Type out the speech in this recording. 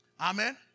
amen